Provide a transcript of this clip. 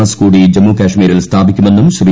S കൂടി ജ്മ്മു കാശ്മീരിൽ സ്ഥാപിക്കുമെന്നും ശ്രീ